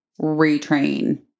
retrain